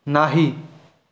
नाही